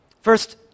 First